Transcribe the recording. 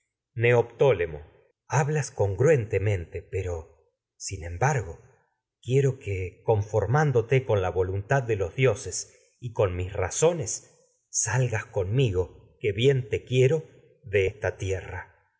ellos neoptólemo hablas congruentemente pero sin embargo de quiero y que conformándote con razones la voluntad que los te dioses con mis salgas conmigo bien quiero de esta tierra